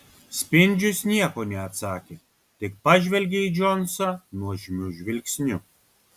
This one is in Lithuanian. spindžius nieko neatsakė tik pažvelgė į džonsą nuožmiu žvilgsniu